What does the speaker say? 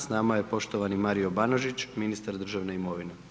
S nama je poštovani Mario Banožić, ministar državne imovine.